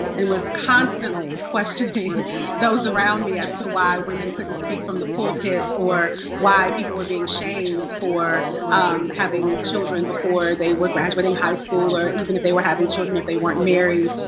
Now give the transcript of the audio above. and was constantly questioning those around me, as to why women couldn't speak from the pulpit, or why people were being shamed for having children before they were graduating high school, or even if they were having children if they weren't married.